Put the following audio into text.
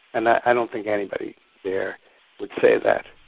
and i don't think anybody there would say that.